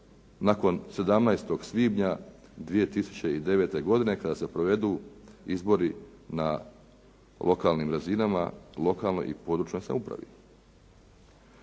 nakon 17. svibnja 2009. godine kada se provedu izbori na lokalnim razinama, lokalnoj i područnoj samoupravi.